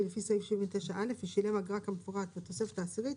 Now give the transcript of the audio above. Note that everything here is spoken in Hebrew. לפי סעיף 79 א' ושילם אגרה כמפורט בתוספת העשירית